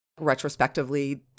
Retrospectively